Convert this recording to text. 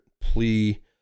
plea